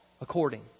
according